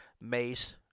Mace